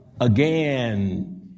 again